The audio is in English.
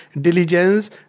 diligence